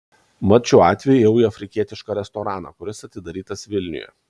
mat šiuo atveju ėjau į afrikietišką restoraną kuris atidarytas vilniuje